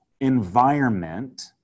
environment